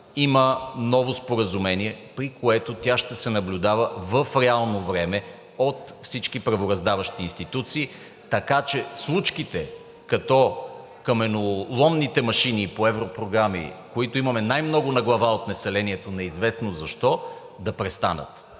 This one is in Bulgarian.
има ново споразумение, при което тя ще се наблюдава в реално време от всички правораздаващи институции, така че случките като каменоломните машини по европрограми, които имаме най-много на глава от населението неизвестно защо, да престанат.